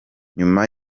nyuma